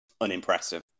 unimpressive